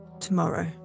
tomorrow